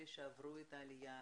אלה שעברו את העלייה,